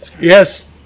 Yes